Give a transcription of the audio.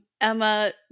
Emma